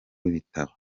w’ibitabo